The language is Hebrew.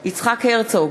יצחק הרצוג,